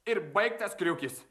ir baigtas kriukis